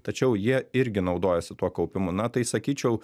tačiau jie irgi naudojasi tuo kaupimu na tai sakyčiau